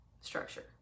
structure